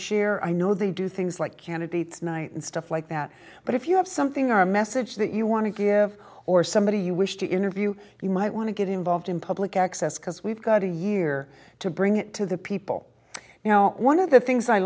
share i know they do things like candidates night and stuff like that but if you have something our message that you want to give or somebody you wish to interview you might want to get involved in public access because we've got a year to bring it to the people you know one of the things i